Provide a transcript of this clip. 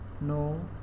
no